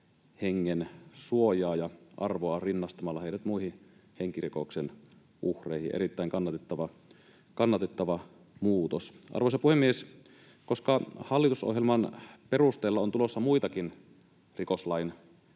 hengen suojaa ja arvoa rinnastamalla heidät muihin henkirikoksen uhreihin — erittäin kannatettava muutos. Arvoisa puhemies! Koska hallitusohjelman perusteella on tulossa muitakin rikoslain